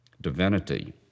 divinity